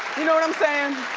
you know what i'm saying?